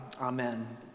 Amen